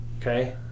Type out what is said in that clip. okay